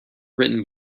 written